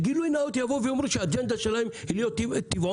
שיבואו ויאמרו בגילוי נאות שהאג'נדה שלהם היא טבעונות,